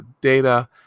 data